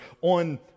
on